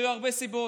היו הרבה סיבות,